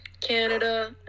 Canada